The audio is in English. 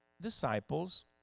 disciples